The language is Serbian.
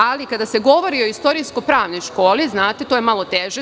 Ali, kada se govori o istorijsko-pravnoj školi, to je malo teže.